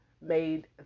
made